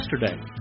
yesterday